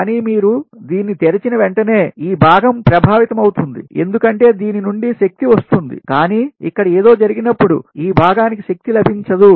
కానీ మీరు దీన్ని తెరిచిన వెంటనే ఈ భాగం ప్రభావితమవుతుంది ఎందుకంటే దీని నుండి శక్తి వస్తుంది కానీ ఇక్కడ ఏదో జరిగినప్పుడు ఈ భాగానికి శక్తి లభించదు